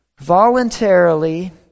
voluntarily